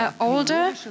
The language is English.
older